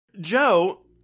Joe